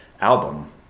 album